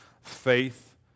faith